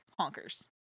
honkers